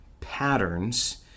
patterns